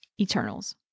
Eternals